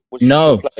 No